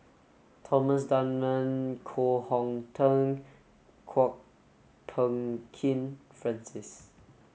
Thomas Dunman Koh Hong Teng Kwok Peng Kin Francis